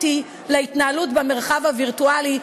אתי להתנהלות במרחב הווירטואלי,